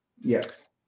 Yes